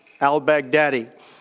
al-Baghdadi